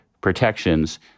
protections